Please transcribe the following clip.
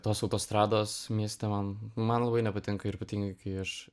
tos autostrados mieste man man labai nepatinka ypatingai kai aš